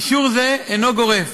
אישור זה אינו גורף,